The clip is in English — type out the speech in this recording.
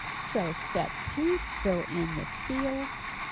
so step two fill in the fields.